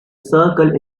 circle